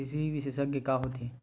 कृषि विशेषज्ञ का होथे?